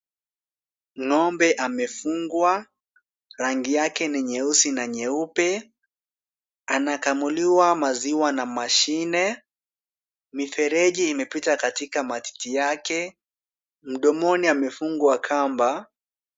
Ng’ombe amefungwa, rangi yake ni nyeusi na nyeupe. Anakamuliwa maziwa na mashine, ni mfereji imepita katika matiti yake, mdomoni amefungwa kamba.